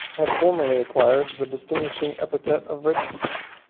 had formerly acquired the distinguishing epithet of regius,